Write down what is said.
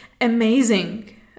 amazing